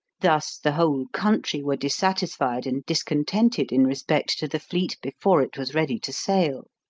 thus the whole country were dissatisfied and discontented in respect to the fleet before it was ready to sail.